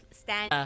stand